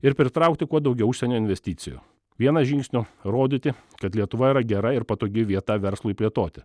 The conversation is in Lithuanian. ir pritraukti kuo daugiau užsienio investicijų viena žingsnio rodyti kad lietuva yra gera ir patogi vieta verslui plėtoti